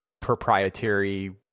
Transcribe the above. proprietary